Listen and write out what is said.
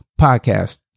podcast